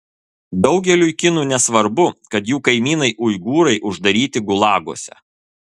daugeliui kinų nesvarbu kad jų kaimynai uigūrai uždaryti gulaguose